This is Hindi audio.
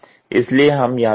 इसलिए हम यहां रुकेंगे